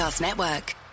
Network